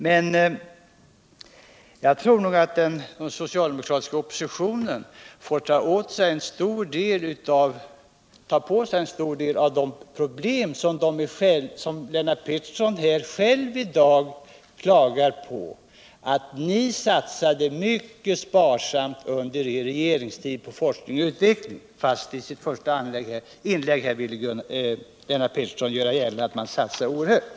Men jag tror nog att den socialdemokratiska oppositionen får ta på sig en stor del av de problem som Lennart Pettersson själv i dag klagar över. Ni satsade mycket sparsamt under er regeringstid på forskning och utvekling, fast Lennart Pettersson i sitt första inlägg ville göra gällande att man satsade oerhört.